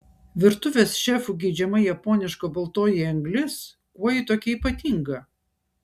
virtuvės šefų geidžiama japoniška baltoji anglis kuo ji tokia ypatinga